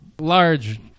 large